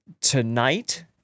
tonight